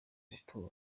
gutura